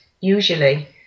usually